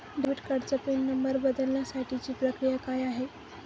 Debit कार्डचा pin number बदलण्यासाठीची प्रक्रिया काय आहे?